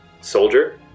Soldier